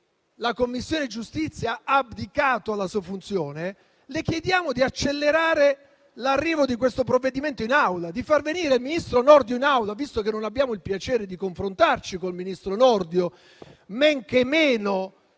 la Commissione giustizia ha abdicato alla sua funzione, le chiediamo di accelerare l'arrivo di questo provvedimento in Aula e di far venire il ministro Nordio in Aula, visto che non abbiamo il piacere di confrontarci con lui e, men che meno,